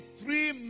three